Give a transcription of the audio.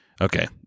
Okay